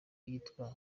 yitwa